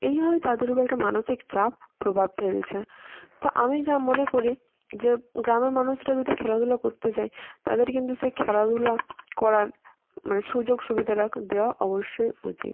এইভাবেই তাদের উপরে একটা মানসিক চাপ প্রভাব ফেলছে তো আমি যা মনে করি যে গ্রামে মানুষরা যদি খেলাধুলা করতে চায় তাদের কিন্তু সেই খেলাধুলা করার মানে সুযোগ সুবিধা রাখা দেওয়া অবশ্যই উচিত